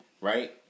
right